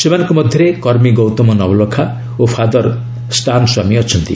ସେମାନଙ୍କ ମଧ୍ୟରେ କର୍ମୀ ଗୌତମ ନବଲଖା ଓ ଫାଦର୍ ଷ୍ଟାନ୍ ସ୍ୱାମୀ ଅଛନ୍ତି